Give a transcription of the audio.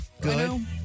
good